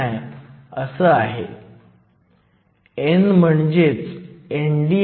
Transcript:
band अंतर समान आहे आपण फक्त हे थोडे चांगले काढा तर तो समान सिलिकॉन आहे